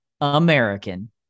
American